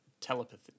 telepathy